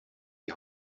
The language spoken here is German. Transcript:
die